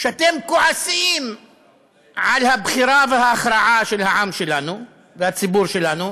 שאתם כועסים על הבחירה ועל ההכרעה של העם שלנו ושל הציבור שלנו,